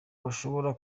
bashobora